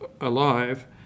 alive